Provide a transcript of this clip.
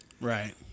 Right